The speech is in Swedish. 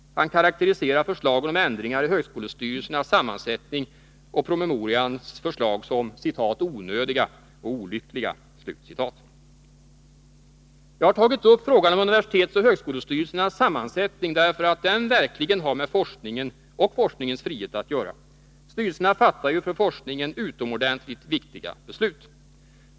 Han karaktäriserar förslagen om ändringar i högsko = 1 juni 1983 lestyrelsernas sammansättning och promemorians förslag som ”onödiga och olyckliga”. Jag har tagit upp frågan om universitetsoch högskolestyrelsernas sammansättning därför att den verkligen har med forskningen och forskningens frihet att göra. Styrelserna fattar ju för forskningen utomordentligt viktiga beslut.